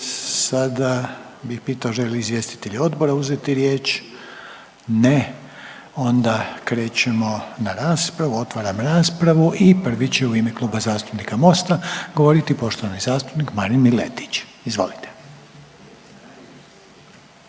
Sada bih pitao žele li izvjestitelji odbora uzeti riječ? Ne, onda krećemo na raspravu, otvaram raspravu i prvi će u ime Kluba zastupnika MOST-a govoriti poštovani zastupnik Marin Miletić. Izvolite.